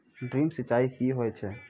Drip सिंचाई कि होय छै?